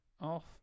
Off